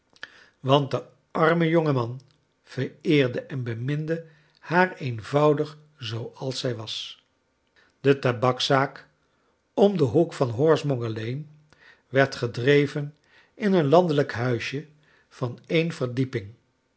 want de arme jonge man vereerde en beminde haar eenvoudig zooals zij was de tabakszaak om den hoek van horsemonger lane werd gedreven in een landelijk huisje van een verdieping